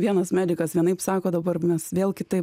vienas medikas vienaip sako dabar mes vėl kitaip